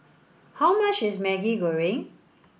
how much is Maggi Goreng